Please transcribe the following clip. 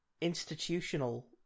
institutional